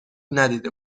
ندیده